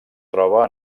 troba